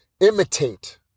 imitate